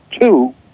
Two